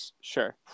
sure